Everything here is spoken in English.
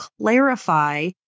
clarify